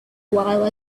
while